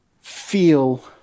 feel